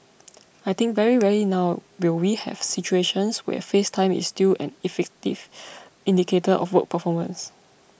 I think very rarely now will we have situations where face time is still an effective indicator of work performance